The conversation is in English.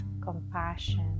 compassion